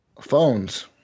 phones